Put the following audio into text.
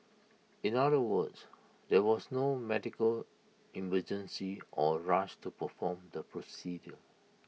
in other words there was no medical emergency or rush to perform the procedure